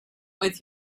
with